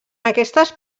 aquestes